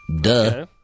Duh